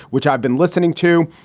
which i've been listening to,